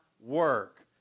work